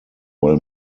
while